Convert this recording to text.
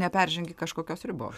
neperžengi kažkokios ribos